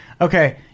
Okay